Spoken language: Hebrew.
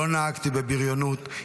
לא נהגתי בבריונות,